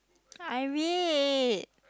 I read